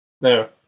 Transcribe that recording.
no